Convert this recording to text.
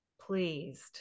pleased